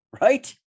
right